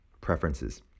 preferences